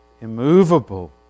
immovable